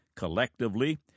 Collectively